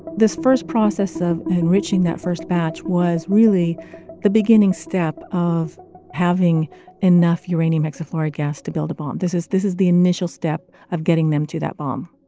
this first process of enriching that first batch was really the beginning step of having enough uranium hexafluoride gas to build a bomb. this is this is the initial step of getting them to that bomb.